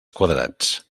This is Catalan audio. quadrats